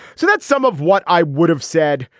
so that's some of what i would have said.